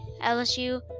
LSU